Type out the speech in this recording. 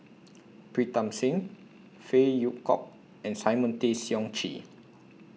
Pritam Singh Phey Yew Kok and Simon Tay Seong Chee